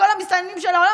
לכל המסתננים של העולם,